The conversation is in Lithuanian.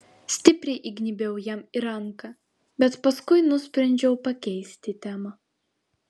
stipriai įgnybiau jam į ranką bet paskui nusprendžiau pakeisti temą